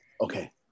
okay